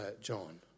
John